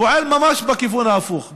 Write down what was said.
פועל ממש בכיוון ההפוך,